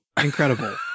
incredible